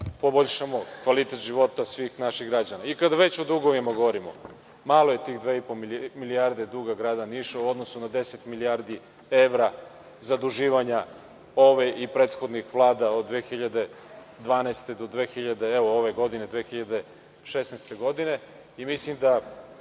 poboljšamo kvalitet života svim našim građanima. Kada već govorimo o dugovima, malo je tih dve i po milijarde duga grada Niša u odnosu na 10 milijardi evra zaduživanja ove i prethodnih vlada od 2012. do ove godine,